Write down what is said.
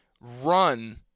run